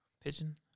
Pigeon